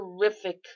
terrific